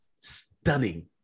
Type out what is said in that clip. stunning